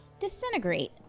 disintegrate